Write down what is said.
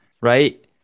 right